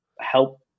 help